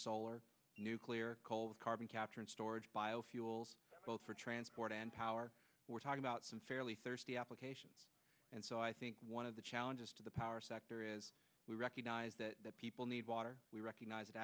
solar nuclear coal the carbon capture and storage biofuels both for transport and power we're talking about some fairly thirsty applications and so i think one of the challenges to the power sector is we recognize that people need water we recognize